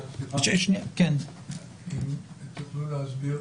אם תוכלו להסביר